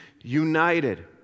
united